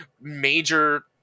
major